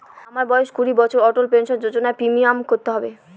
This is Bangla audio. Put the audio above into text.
আমার বয়স কুড়ি বছর অটল পেনসন যোজনার প্রিমিয়াম কত হবে?